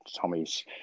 Tommy's